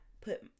put